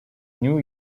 new